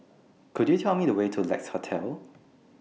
Could YOU Tell Me The Way to Lex Hotel